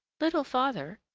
little father,